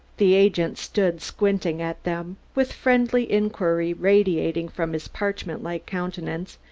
the agent stood squinting at them, with friendly inquiry radiating from his parchment-like countenance,